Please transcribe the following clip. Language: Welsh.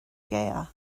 gaeaf